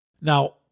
now